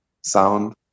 sound